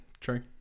true